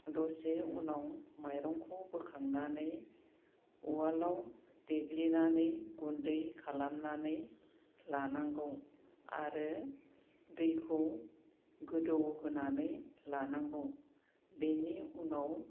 दसे उनाव माइरंखौ बोखांनानै उवालाव देग्लिनानै गुन्दै खालामनानै लानांगौ आरो दैखौ गोदौ होनानै लानांगौ बेनि उनाव